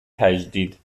تجدید